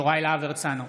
יוראי להב הרצנו,